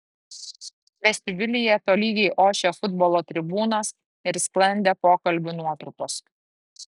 vestibiulyje tolygiai ošė futbolo tribūnos ir sklandė pokalbių nuotrupos